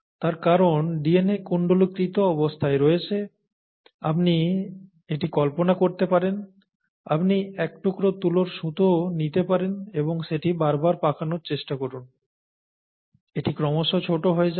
তার কারণ DNA কুণ্ডলীকৃত অবস্থায় রয়েছে আপনি এটি কল্পনা করতে পারেন আপনি এক টুকরো তুলোর সুতো নিতে পারেন এবং সেটি বারবার পাকানোর চেষ্টা করুন এটি ক্রমশ ছোট হয়ে যায়